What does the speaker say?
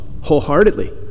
wholeheartedly